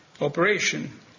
operation